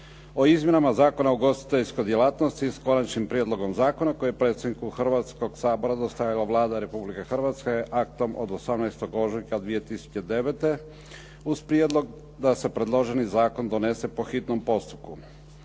o izmjenama Zakona o ugostiteljskoj djelatnosti s Konačnim prijedlogom zakona koji je predsjedniku Hrvatskog sabora dostavila Vlada Republike Hrvatske aktom od 18. ožujka 2009. uz prijedlog da se predloženi zakon donese po hitnom postupku.